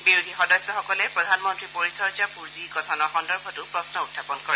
বিৰোধী সদস্যসকলে প্ৰধানমন্ত্ৰী পৰিচৰ্য্যা পুঁজি গঠনৰ সন্দৰ্ভতো প্ৰশ্ন উখাপন কৰে